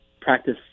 practice